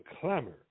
clamor